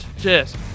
Cheers